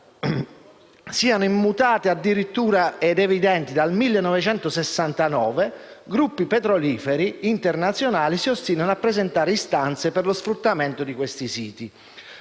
siano immutate e addirittura evidenti fin dal 1969, gruppi petroliferi internazionali si ostinino a presentare istanze per lo sfruttamento di questi siti.